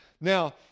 Now